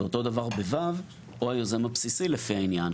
ואותו דבר ב-ו' או היוזם הבסיסי לפי העניין,